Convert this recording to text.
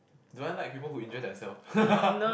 do I like people who injure themself